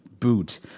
boot